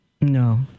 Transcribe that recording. no